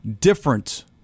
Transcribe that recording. different